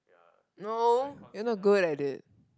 no you're not good at it